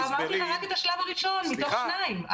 אמרתי רק את השלב הראשון מתוך שניים.